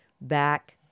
back